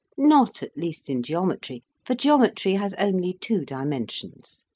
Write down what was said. not at least in geometry for geometry has only two dimensions.